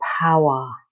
power